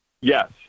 Yes